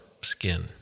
skin